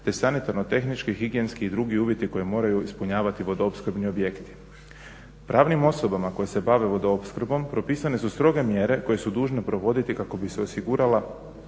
te sanitarno-tehnički, higijenski i drugi uvjeti koje moraju ispunjavati vodoopskrbni objekti. Pravnim osobama koje se bave vodoopskrbom propisane su stroge mjere koje su dužne provoditi kako bi se osigurala